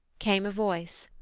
came a voice,